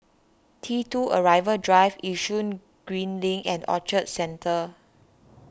T two Arrival Drive Yishun Green Link and Orchard Centre